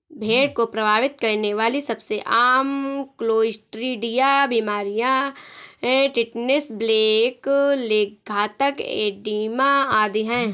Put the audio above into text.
भेड़ को प्रभावित करने वाली सबसे आम क्लोस्ट्रीडिया बीमारियां टिटनेस, ब्लैक लेग, घातक एडिमा आदि है